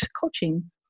coaching